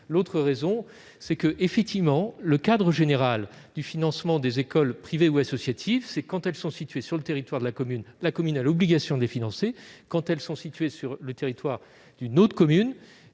cause. En outre, effectivement, le cadre général du financement des écoles privées ou associatives est construit ainsi : quand celles-ci sont situées sur le territoire de la commune, la commune a l'obligation de les financer, quand elles sont situées sur le territoire d'une autre commune,